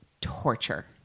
torture